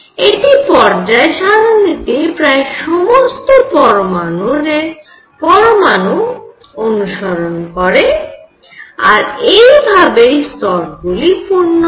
এটি পর্যায় সারণীতে প্রায় সমস্ত পরমাণু অনুসরণ করে আর এই ভাবেই স্তরগুলি পূর্ণ হয়